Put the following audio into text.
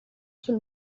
sul